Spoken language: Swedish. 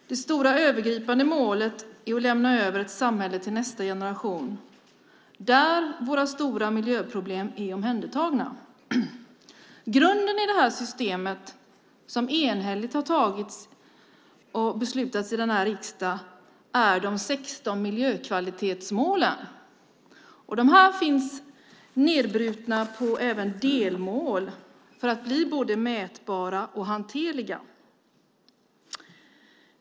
Det stora övergripande målet är att vi ska lämna över ett samhälle till nästa generation där våra stora miljöproblem är omhändertagna. Grunden i det här systemet, som det enhälligt har beslutats om i riksdagen, är de 16 miljökvalitetsmålen. Dessa är även nedbrutna på delmål för att de ska bli både mätbara och hanterliga.